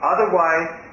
Otherwise